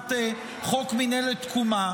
הבאת חוק מינהלת תקומה,